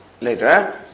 Later